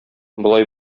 болай